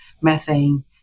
methane